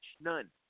none